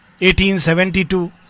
1872